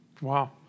Wow